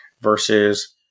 versus